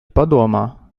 padomā